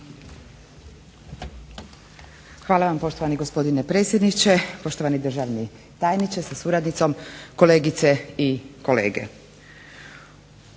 Hvala vam poštovani gospodine predsjedniče. Poštovani državni tajniče sa suradnicom, kolegice i kolege